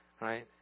right